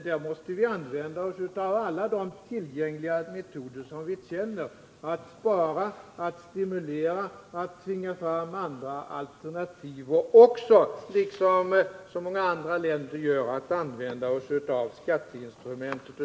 Där måste vi använda oss av alla metoder som vi känner till: att spara, att stimulera till eller tvinga fram andra alternativ och att också — som så många andra länder gör — använda oss av skatteinstrumentet.